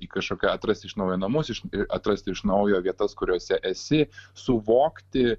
į kažkokią atrasti iš naujo namus ir atrasti iš naujo vietas kuriose esi suvokti